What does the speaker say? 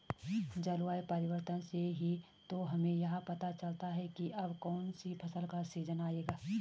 जलवायु परिवर्तन से ही तो हमें यह पता चलता है की अब कौन सी फसल का सीजन आयेगा